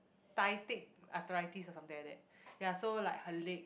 ~tytic arthritis or something like that ya so like her leg